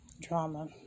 drama